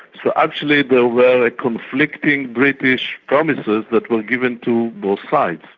so actually they were conflicting british promises that were given to both sides.